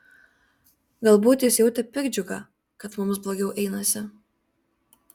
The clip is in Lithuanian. galbūt jis jautė piktdžiugą kad mums blogiau einasi